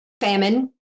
famine